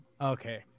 Okay